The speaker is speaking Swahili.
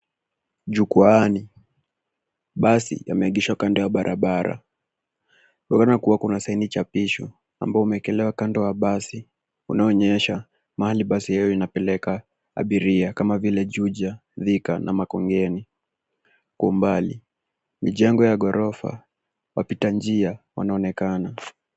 Njia ya kugeukia magari ipo kando ya barabara. Kuna basi limeegeshwa kando ya barabara hiyo, na lina bango lililowekwa upande wake likionyesha maeneo ambako basi hilo linapeleka abiria, kama vile Juja, Thika na Makongeni. Kwa mbali, majengo ya ghorofa yanayoelekeza njia yanaonekana.